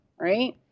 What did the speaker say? Right